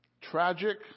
tragic